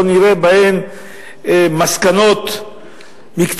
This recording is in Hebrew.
לא נראה בהן מסקנות מקצועיות,